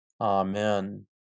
Amen